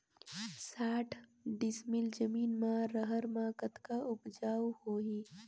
साठ डिसमिल जमीन म रहर म कतका उपजाऊ होही?